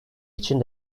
için